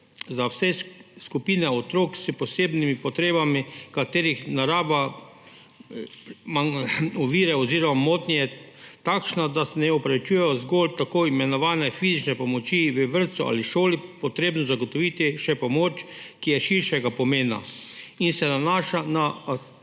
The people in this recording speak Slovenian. za vse skupine otrok s posebnimi potrebami, katerih narava ovire oziroma motnje je takšna, da ne upravičujejo zgolj takoj imenovane fizične pomoči v vrtcu ali šoli, treba zagotoviti še pomoč, ki je širšega pomena in se nanaša na asistenco